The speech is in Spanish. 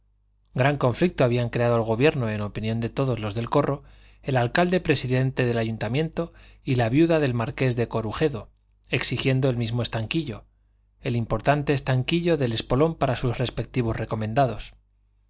gran conflicto habían creado al gobierno en opinión de todos los del corro el alcalde presidente del ayuntamiento y la viuda del marqués de corujedo exigiendo el mismo estanquillo el importante estanquillo del espolón para sus respectivos recomendados